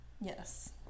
Yes